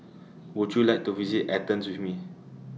Would YOU like to visit Athens with Me